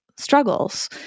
struggles